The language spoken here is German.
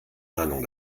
ahnung